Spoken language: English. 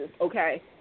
okay